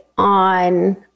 on